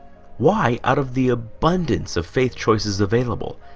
why out of the abundance of faith choices available?